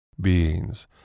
beings